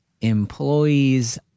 employees